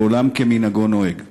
ועולם כמנהגו נוהג.